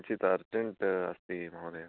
किञ्चित् अर्जेन्ट अस्ति महोदय